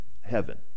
heaven